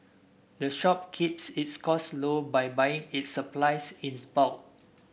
the shop keeps its costs low by buying its supplies in bulk